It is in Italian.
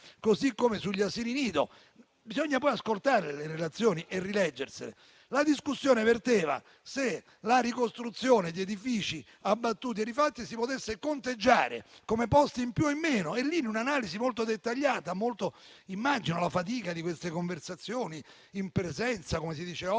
così come sugli asili nido. Bisogna poi ascoltare e rileggere le relazioni. La discussione verteva sul fatto se la ricostruzione di edifici abbattuti e rifatti si potesse conteggiare come posti in più o in meno; in quel caso, in un'analisi molto dettagliata, immaginando la fatica di queste conversazioni in presenza, come si dice oggi,